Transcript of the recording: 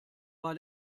bei